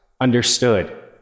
understood